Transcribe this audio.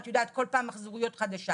את יודעת כל פעם מחזוריות חדשה